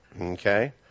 Okay